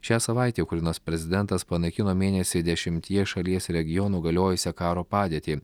šią savaitę ukrainos prezidentas panaikino mėnesį dešimtyje šalies regionų galiojusią karo padėtį